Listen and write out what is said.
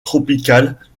tropicales